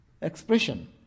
expression